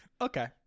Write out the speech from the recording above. Okay